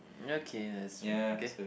okay that's true okay